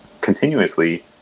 continuously